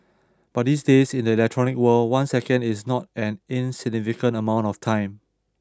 but these days in the electronic world one second is not an insignificant amount of time